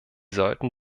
sollten